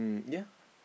yea